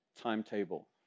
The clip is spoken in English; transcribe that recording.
timetable